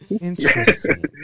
Interesting